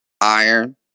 iron